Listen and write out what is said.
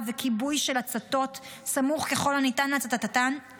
וכיבוי של הצתות סמוך ככל הניתן להצתתן,